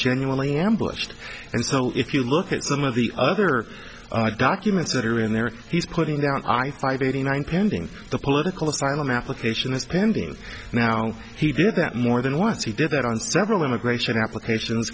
genuinely ambushed and so if you look at some of the other documents that are in there he's putting down i five eighty nine pending the political asylum application is pending now he did that more than once he did that on several immigration applications